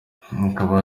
hakaba